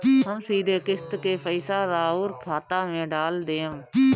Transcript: हम सीधे किस्त के पइसा राउर खाता में डाल देम?